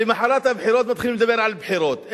למחרת הבחירות מתחילים לדבר על בחירות.